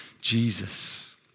Jesus